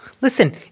Listen